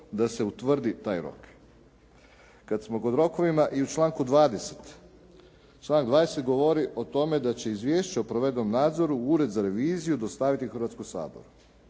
da se utvrdi taj rok. Kad smo kod rokova i u članku 20., članak 20. govori o tome da će izvješće o provedenom nadzoru Ured za reviziju dostaviti Hrvatskom saboru.